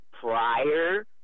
prior